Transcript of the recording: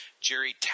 Jerry